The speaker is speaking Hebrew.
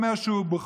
הוא דיבר על שוויון,